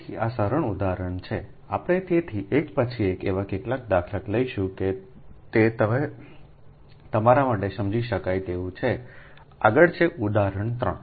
તેથી આ સરળ ઉદાહરણ છે આપણે તેથી એક પછી એક એવા કેટલાક દાખલા લઈશું કે તે તમારા માટે સમજી શકાય તેવું છે આગળ છે ઉદાહરણ 3